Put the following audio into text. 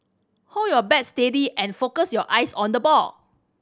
hold your bat steady and focus your eyes on the ball